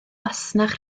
fasnach